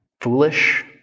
foolish